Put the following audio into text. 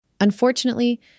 Unfortunately